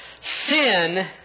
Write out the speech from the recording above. Sin